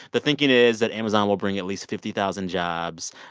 the thinking is that amazon will bring at least fifty thousand jobs.